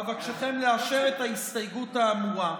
אבקשכם לאשר את ההסתייגות האמורה.